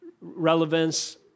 relevance